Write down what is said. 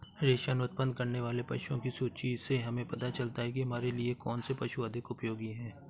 रेशम उत्पन्न करने वाले पशुओं की सूची से हमें पता चलता है कि हमारे लिए कौन से पशु अधिक उपयोगी हैं